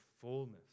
fullness